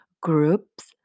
groups